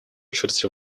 очередь